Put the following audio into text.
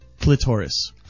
clitoris